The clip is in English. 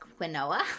quinoa